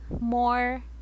more